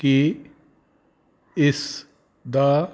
ਕਿ ਇਸ ਦਾ